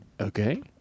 Okay